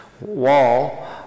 Wall